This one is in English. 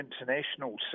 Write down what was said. international